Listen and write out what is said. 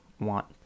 want